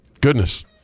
Goodness